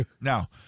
Now